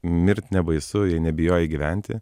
mirt nebaisu jei nebijai gyventi